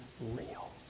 real